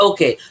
Okay